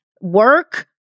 work